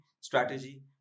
Strategy